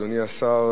אדוני השר,